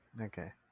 Okay